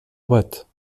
boîte